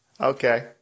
Okay